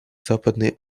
западной